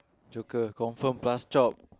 Joker confirm plus chop